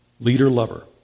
Leader-lover